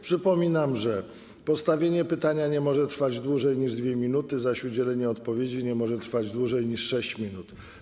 Przypominam, że postawienie pytania nie może trwać dłużej niż 2 minuty, zaś udzielenie odpowiedzi nie może trwać dłużej niż 6 minut.